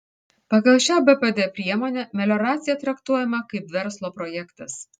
pagal šią bpd priemonę melioracija traktuojama kaip verslo projektas